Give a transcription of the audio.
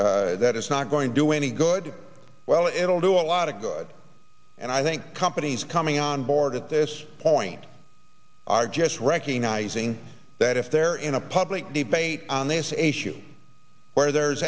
this that is not going to do any good well it'll do a lot of good and i think companies coming on board at this point are just recognizing that if they're in a public debate on this issue where there is